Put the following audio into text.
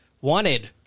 Wanted